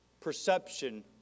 perception